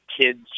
kids